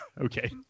Okay